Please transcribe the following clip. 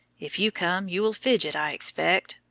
if you come, you will fidget, i expect.